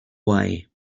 way